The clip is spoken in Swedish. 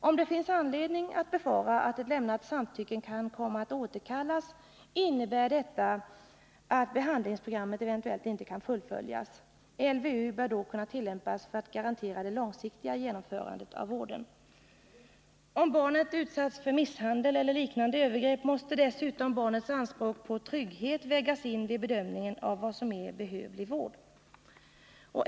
Om det finns anledning att befara att ett lämnat samtycke kan komma att återkallas, innebär detta att behandlingsprogrammet eventuellt inte kan fullföljas. LVU bör då kunnå tillämpas för att garantera det långsiktiga genomförandet av vården. Om barnet utsatts för misshandel eller liknande övergrepp måste dessutom barnets anspråk på trygghet vägas in vid bedömningen av vad som är behövlig vård.